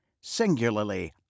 singularly